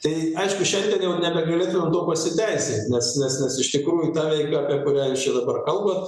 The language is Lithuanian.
tai aišku šiandien jau nebegalėtumėm tuo pasiteisint nes nes nes iš tikrųjų ta veika apie kurią jūs čia dabar kalbat